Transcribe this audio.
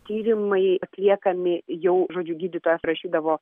tyrimai atliekami jau žodžiu gydytojas rašydavo